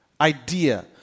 idea